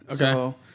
Okay